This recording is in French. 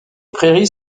prairies